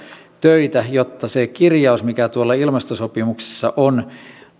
töitä jotta se kirjaus mikä tuolla ilmastosopimuksessa on